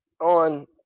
on